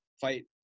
fight